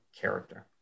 character